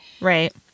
Right